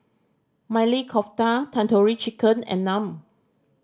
Maili Kofta Tandoori Chicken and Naan